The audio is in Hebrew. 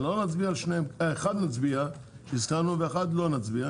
על אחת נצביע, שהזכרנו, ואחת לא נצביע.